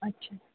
अच्छा